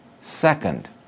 Second